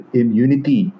immunity